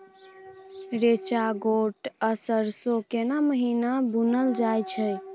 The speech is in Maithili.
रेचा, गोट आ सरसो केना महिना बुनल जाय छै?